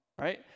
Right